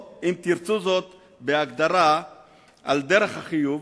אם תרצו זאת בהגדרה על דרך החיוב,